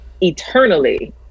eternally